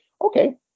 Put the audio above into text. okay